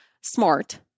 smart